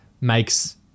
makes